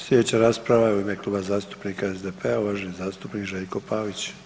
Slijedeća rasprava je u ime Kluba zastupnika SDP-a, uvaženi zastupnik Željko Pavić.